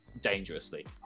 dangerously